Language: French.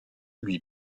lui